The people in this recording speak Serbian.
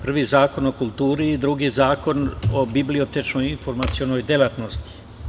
Prvi Zakon o kulturi i drugi Zakon o bibliotečnoj informacionoj deltanosti.